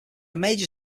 major